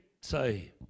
say